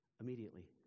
Immediately